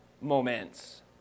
Moments